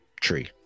tree